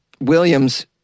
Williams